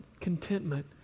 contentment